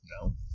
No